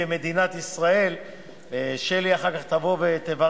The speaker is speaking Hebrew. ישראל תיתן להם.